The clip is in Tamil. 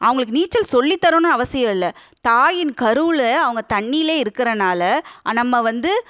அவங்களுக்கு நீச்சல் சொல்லித் தரணும் அவசியம் இல்லை தாயின் கருவில் அவங்க தண்ணியிலே இருக்கிறனால நம்ம வந்து